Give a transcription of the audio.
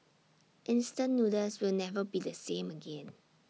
instant noodles will never be the same again